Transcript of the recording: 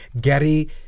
Gary